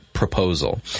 Proposal